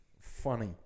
funny